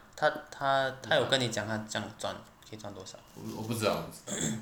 他他他有跟你讲他赚赚他可以赚多少